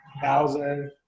thousand